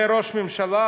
זה ראש ממשלה?